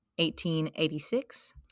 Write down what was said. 1886